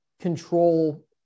control